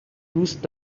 دوست